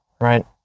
Right